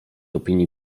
opinii